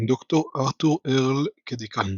עם ד"ר ארתור ארל כדיקן.